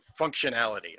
functionality